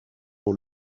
dans